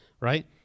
right